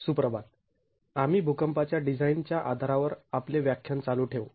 सुप्रभात आम्ही भूकंपाच्या डिझाईन च्या आधारावर आपले व्याख्यान चालू ठेवू